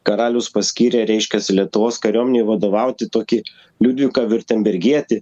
karalius paskyrė reiškias lietuvos kariuomenei vadovauti tokį liudviką viurtembergietį